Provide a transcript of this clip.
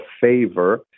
favor